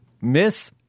Miss